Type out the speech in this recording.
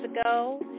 ago